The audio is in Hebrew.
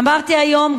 אמרתי היום,